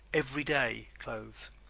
everyday clothes.